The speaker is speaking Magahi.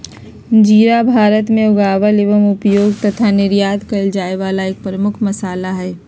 जीरा भारत में उगावल एवं उपयोग तथा निर्यात कइल जाये वाला एक प्रमुख मसाला हई